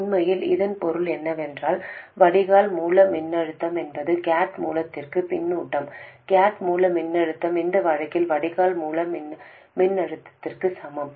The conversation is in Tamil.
உண்மையில் இதன் பொருள் என்னவென்றால் வடிகால் மூல மின்னழுத்தம் என்பது கேட் மூலத்திற்கான பின்னூட்டம் கேட் மூல மின்னழுத்தம் இந்த வழக்கில் வடிகால் மூல மின்னழுத்தத்திற்கு சமம்